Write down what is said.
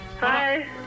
Hi